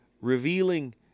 revealing